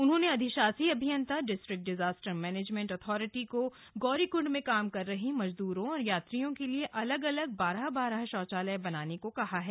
उन्होंने अधिशासी अभियंता डिस्ट्रिक्ट डिजास्टर मैनेजमेंट अथॉरिटी को गौरीकुंड में काम कर रहे मजदूरों और यात्रियों के लिए अलग अलग बारह बारह शौचालय बनाने को कहा है